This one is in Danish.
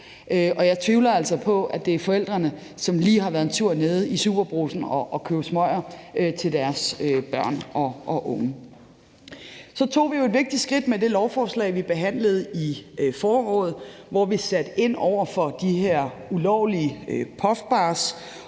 jeg tvivler altså på, at det er forældrene, som lige har været en tur nede i SuperBrugsen at købe smøger til deres børn og unge. Så tog vi jo et vigtigt skridt med det lovforslag, vi behandlede i foråret, hvor vi satte ind over for de her ulovlige puffbars